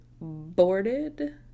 boarded